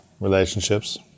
Relationships